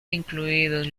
incluidos